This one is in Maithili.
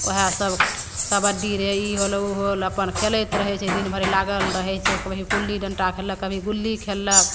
वएहसब कबड्डी रे ई होल ओ होल अपन खेलैत रहै छै दिनभरि लागल रहै छै कभी पुल्ली डण्टा खेललक कभी गुल्ली खेललक